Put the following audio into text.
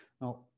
Now